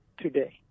today